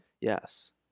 yes